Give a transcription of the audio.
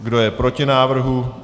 Kdo je proti návrhu?